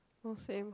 oh same